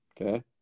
Okay